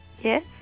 Yes